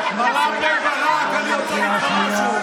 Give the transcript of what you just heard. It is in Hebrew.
מר רם בן ברק, אני רוצה להגיד לך משהו.